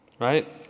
right